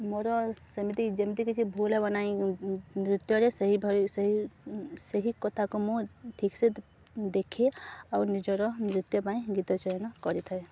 ମୋର ସେମିତି ଯେମିତି କିଛି ଭୁଲ୍ ହେବନାଇଁ ନୃତ୍ୟରେ ସେହିଭଳି ସେହି ସେହି କଥାକୁ ମୁଁ ଠିକ୍ସେ ଦେଖେ ଆଉ ନିଜର ନୃତ୍ୟ ପାଇଁ ଗୀତ ଚୟନ କରିଥାଏ